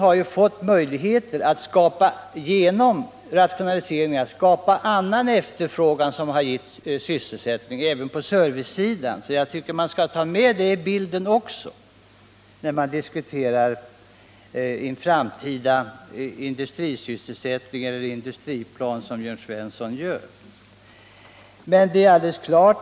Genom rationaliseringarna har människorna fått möjligheter att skapa annan efterfrågan, som gett sysselsättning — även på servicesidan. Jag tycker att det också bör tas med i bilden när man, som Jörn Svensson gör, diskuterar en framtida industriplan.